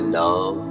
love